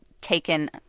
taken –